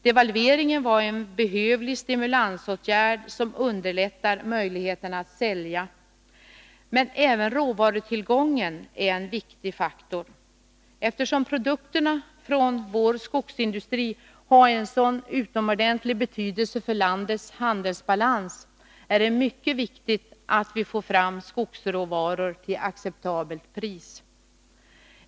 Devalveringen var en behövlig stimulansåtgärd, som underlättar möjligheten att sälja. Men även råvarutillgången är en viktig faktor. Eftersom produkterna från vår skogsindustri har en så utomordentlig betydelse för landets handelsbalans, är det mycket viktigt att vi får fram skogsråvaror till acceptabelt pris.